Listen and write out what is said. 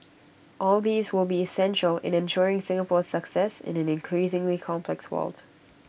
all these will be essential in ensuring Singapore's success in an increasingly complex world